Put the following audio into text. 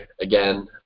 again